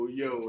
yo